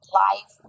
life